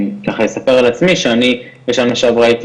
אני אספר על עצמי שאני בשנה שעברה הייתי